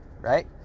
right